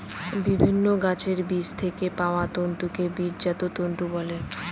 বিভিন্ন গাছের বীজ থেকে পাওয়া তন্তুকে বীজজাত তন্তু বলে